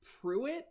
Pruitt